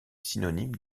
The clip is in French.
synonyme